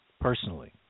personally